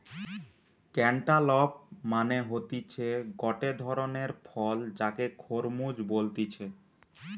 cantaloupe মানে হতিছে গটে ধরণের ফল যাকে খরমুজ বলতিছে